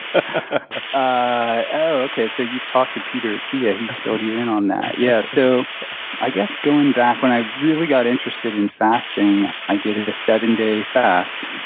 ah oh, okay, so you've talked to peter attia. he's filled you in on that. yeah so i guess going back when i really got interested in fasting, i did a seven-day fast,